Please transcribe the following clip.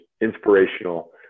inspirational